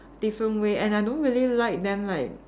different way and I don't really like them like